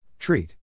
Treat